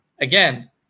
Again